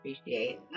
appreciate